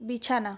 বিছানা